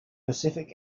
pacific